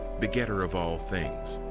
begetter of all things'.